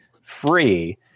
free